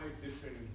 different